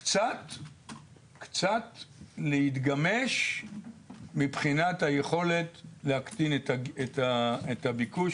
קצת להתגמש מבחינת היכולת להקטין את הביקוש.